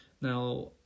Now